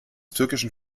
türkischen